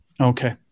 okay